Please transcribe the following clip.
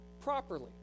properly